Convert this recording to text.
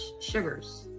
sugars